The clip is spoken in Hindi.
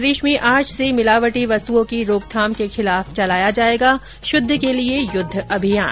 प्रदेश में आज से मिलावटी वस्तुओं की रोकथाम के खिलाफ चलाया जाएगा शुद्ध के लिए युद्ध अभियान